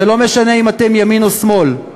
זה לא משנה אם אתם ימין או שמאל.